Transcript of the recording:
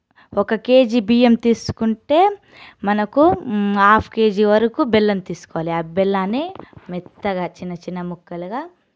ఒక కేజీ బియ్యం తీసుకుంటే మనకు ఆఫ్ కేజీ వరకు బెల్లం తీసుకోవాలి ఆ బెల్లాన్నిమెత్తగా చిన్న చిన్న ముక్కలుగా